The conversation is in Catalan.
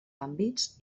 àmbits